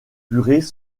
curés